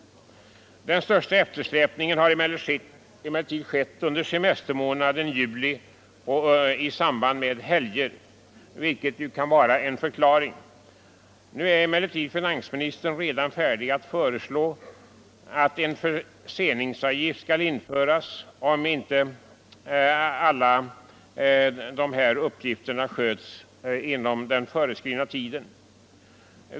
Den största eftersläpningen har emellertid skett under semestermånaden juli och i samband med helger, vilket kan vara en förklaring. Nu är emellertid finansministern redan färdig att föreslå att en förseningsavgift skall införas om inte alla dessa uppgifter sköts inom den föreskrivna tiden.